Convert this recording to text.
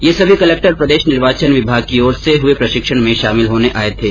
ये सभी कलक्टर प्रदेश निर्वाचन विमाग की ओर से हए प्रशिक्षण में शामिल होने आये थे